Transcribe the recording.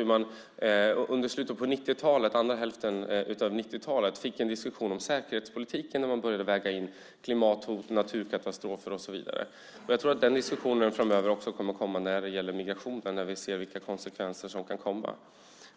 Under slutet och andra hälften av 90-talet fick vi en diskussion om säkerhetspolitiken där man började väga in klimathoten, naturkatastrofer och så vidare. Jag tror att den diskussionen kommer framöver också när det gäller migrationen när vi ser vilka konsekvenser som kan komma.